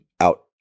out